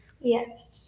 Yes